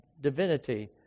divinity